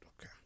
Okay